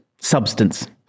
substance